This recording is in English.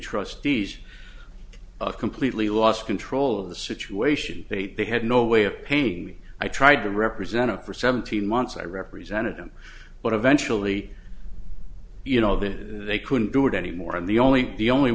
trustees of completely lost control of the situation that they had no way of paying me i tried to represent it for seventeen months i represented them but eventually you know that they couldn't do it anymore and the only the only